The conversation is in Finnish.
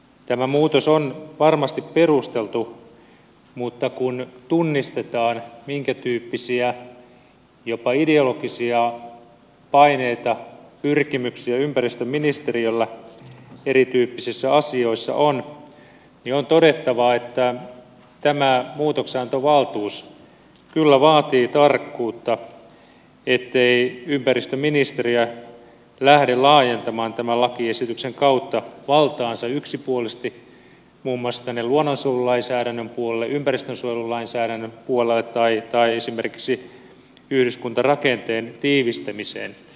tämä muutos on varmasti perusteltu mutta kun tunnistetaan minkä tyyppisiä jopa ideologisia paineita pyrkimyksiä ympäristöministeriöllä erityyppisissä asioissa on niin on todettava että tämä muutoksenantovaltuus kyllä vaatii tarkkuutta ettei ympäristöministeriö lähde laajentamaan tämän lakiesityksen kautta valtaansa yksipuolisesti muun muassa luonnonsuojelulainsäädännön puolelle ympäristönsuojelulainsäädännön puolelle tai esimerkiksi yhdyskuntarakenteen tiivistämiseen